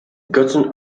gotten